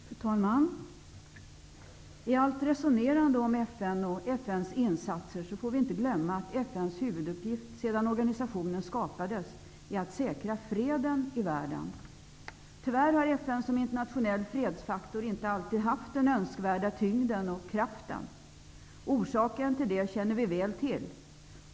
Fru talman! I allt resonerande om FN och FN:s insatser får vi inte glömma att FN:s huvuduppgift sedan organisationen skapades är att säkra freden i världen. Tyvärr har FN som internationell fredsfaktor inte alltid haft den önskvärda tyngden och kraften. Orsaken till det känner vi väl till.